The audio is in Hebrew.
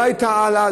לא עבר הלאה,